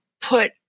put